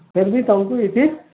ଫିର୍ ବି ତମ୍କୁ ଇଠି